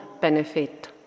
benefit